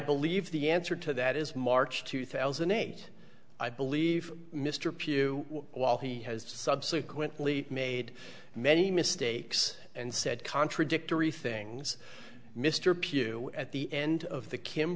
believe the answer to that is march two thousand and eight i believe mr pugh while he has subsequently made many mistakes and said contradictory things mr pugh at the end of the kim